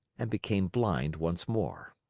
and became blind once more.